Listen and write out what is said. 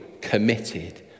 committed